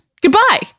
Goodbye